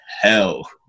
hell